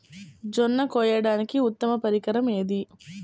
జొన్న కోయడానికి ఉత్తమ పరికరం ఏది?